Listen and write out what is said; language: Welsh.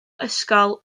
ysgol